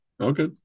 Okay